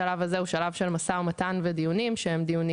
השלב הזה הוא שלב של משא ומתן ודיונים פנים-ממשלתיים.